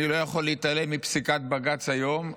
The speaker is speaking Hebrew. אני לא יכול להתעלם מפסיקת בג"ץ היום.